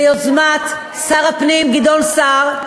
ביוזמת שר הפנים גדעון סער.